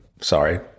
sorry